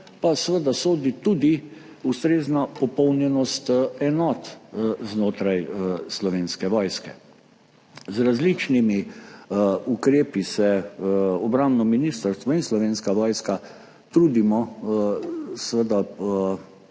pa seveda sodi tudi ustrezna popolnjenost enot znotraj Slovenske vojske. Z različnimi ukrepi se obrambno ministrstvo in Slovenska vojska trudimo